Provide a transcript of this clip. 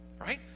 Right